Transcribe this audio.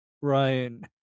Ryan